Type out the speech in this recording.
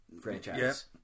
franchise